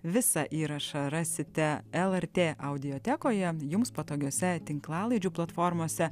visą įrašą rasite lrt audiotekoje jums patogiose tinklalaidžių platformose